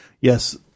Yes